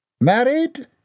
Married